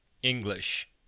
English